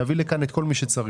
נביא לכאן את כל מי שצריך.